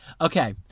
Okay